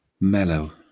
mellow